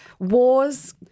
Wars